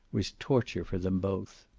was torture for them both.